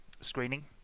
screening